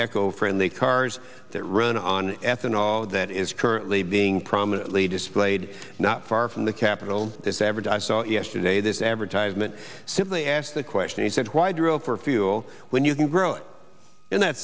eco friendly cars that run on ethanol that is currently being prominently displayed not far from the capital this average i saw yesterday this advertisement simply asked the question he said why drill for fuel when you can grow in that